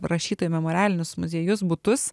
rašytojų memorialinius muziejus butus